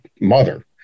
mother